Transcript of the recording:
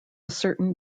certain